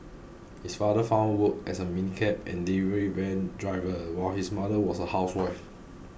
his father found work as a minicab and delivery van driver while his mother was a housewife